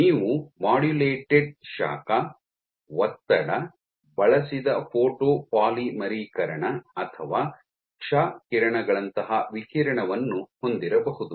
ನೀವು ಮಾಡ್ಯುಲೇಟೆಡ್ ಶಾಖ ಒತ್ತಡ ಬಳಸಿದ ಫೋಟೋ ಪಾಲಿಮರೀಕರಣ ಅಥವಾ ಕ್ಷ ಕಿರಣಗಳಂತಹ ವಿಕಿರಣವನ್ನು ಹೊಂದಿರಬಹುದು